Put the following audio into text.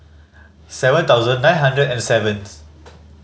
seven thousand nine hundred and seventh